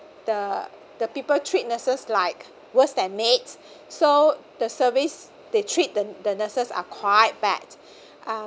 the the people treat nurses like worse than maids so the service they treat the the nurses are quite bad uh